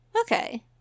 Okay